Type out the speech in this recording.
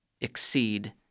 exceed